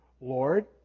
Lord